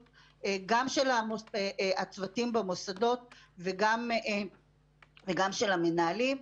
גם של הצוותים במוסדות וגם של המנהלים.